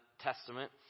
Testament